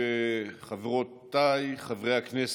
חבריי וחברותיי חברי הכנסת,